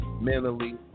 mentally